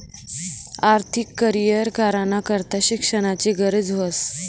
आर्थिक करीयर कराना करता शिक्षणनी गरज ह्रास